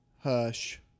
hush